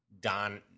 Don